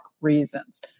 reasons